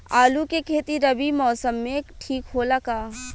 आलू के खेती रबी मौसम में ठीक होला का?